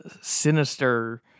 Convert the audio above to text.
sinister